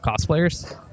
cosplayers